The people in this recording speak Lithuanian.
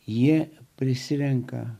jie prisirenka